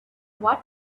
what